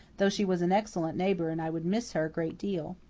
though she was an excellent neighbour and i would miss her a great deal.